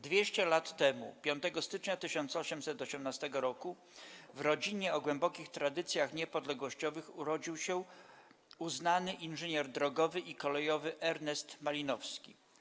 200 lat temu, 5 stycznia 1818 roku, w rodzinie o głębokich tradycjach niepodległościowych urodził się uznany inżynier drogowy i kolejowy Ernest Malinowski.